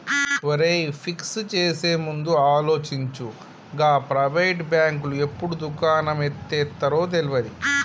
ఒరేయ్, ఫిక్స్ చేసేముందు ఆలోచించు, గా ప్రైవేటు బాంకులు ఎప్పుడు దుకాణం ఎత్తేత్తరో తెల్వది